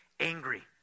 Angry